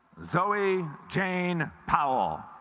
zoe jane powell